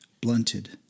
blunted